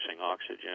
oxygen